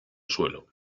suelo